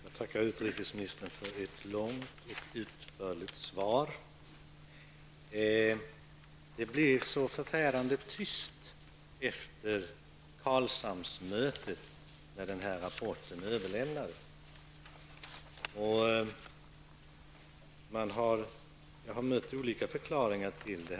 Herr talman! Jag tackar utrikesministern för ett långt och utförligt svar. Det blev så förfärande tyst efter Karlshamnsmötet, när denna rapport överlämnades. Jag har mött olika förklaringar till det.